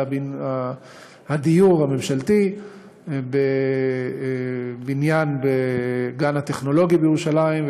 הדיור הממשלתי בבניין בגן הטכנולוגי בירושלים,